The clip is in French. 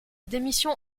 démission